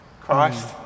Christ